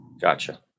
gotcha